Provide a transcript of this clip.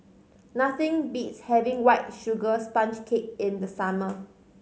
nothing beats having White Sugar Sponge Cake in the summer